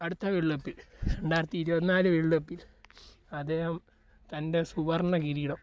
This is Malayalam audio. അടുത്ത വേൾഡ് കപ്പിൽ രണ്ടായിരത്തി ഇരുപത്തി നാല് വേൾഡ് കപ്പിൽ അദ്ദേഹം തൻ്റെ സുവർണ്ണ കിരീടം